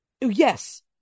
Yes